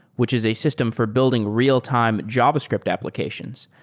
which is a system for building real-time javascript applications.